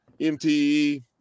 MTE